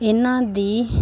ਇਹਨਾਂ ਦੀ